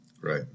Right